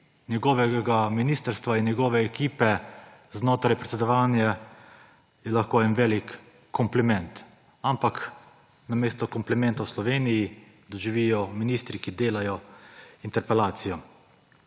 njegovega ministrstva in njegove ekipe znotraj predsedovanja so lahko en velik kompliment. Ampak namesto komplimentov v Sloveniji doživijo ministri, ki delajo, interpelacijo.